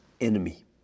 enemy